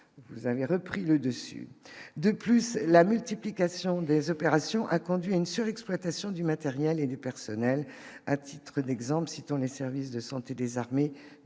vous avez repris le dessus, de plus, la multiplication des opérations, a conduit à une surexploitation du matériel et du personnel, à titre d'exemple, citant les services de santé des armées